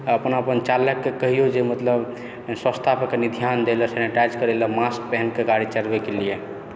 आओर अपना चालककेँ कहियौ जे मतलब स्वछतापर कने ध्यान दै लए सेनिटाइज करै लए मास्क पहिर कए गाड़ी चलबैके लिए